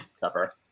cover